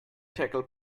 tackle